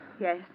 Yes